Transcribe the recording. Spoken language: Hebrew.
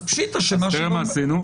אז פשיטא --- אז מה עשינו?